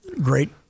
Great